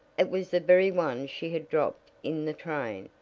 it was the very one she had dropped in the train,